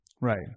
Right